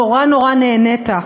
נורא נורא נהנית,